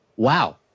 wow